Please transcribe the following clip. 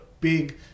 big